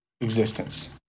existence